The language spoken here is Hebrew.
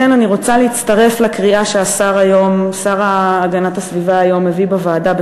לכן אני רוצה להצטרף לקריאה שהשר להגנת הסביבה הביא היום בוועדה,